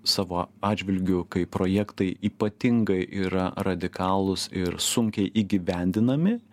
savo atžvilgiu kai projektai ypatingai yra radikalūs ir sunkiai įgyvendinami